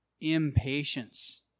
Impatience